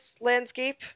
landscape